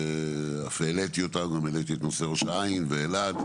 ואף העליתי אותה והעליתי את נושא ראש העין ואלעד,